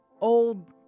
old